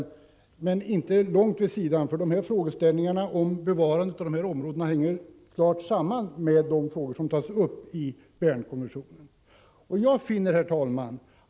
Vi har emellertid inte kommit så långt på sidan om den, därför att frågeställningarna om bevarandet av dessa områden hänger klart samman med de frågor som tas upp i Bernkonventionen.